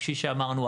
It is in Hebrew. כפי שאמרנו,